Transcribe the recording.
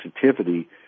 sensitivity